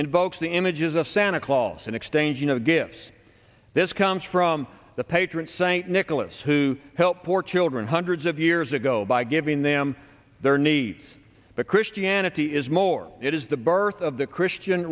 invokes the images of santa claus and exchanging gifts this comes from the patron saint nicholas who helped poor children hundreds of years ago by giving them their neat but christianity is more it is the birth of the christian